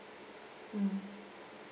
mm